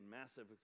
massive